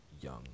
young